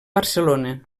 barcelona